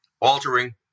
altering